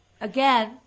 again